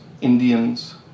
Indians